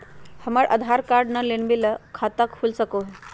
हमर आधार कार्ड न बनलै तो तो की खाता खुल सको है?